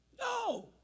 No